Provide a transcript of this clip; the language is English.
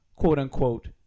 quote-unquote